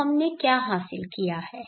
तो हमने क्या हासिल किया है